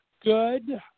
good